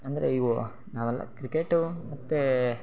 ಅಂದರೆ ಇವು ನಾವೆಲ್ಲ ಕ್ರಿಕೆಟು ಮತ್ತು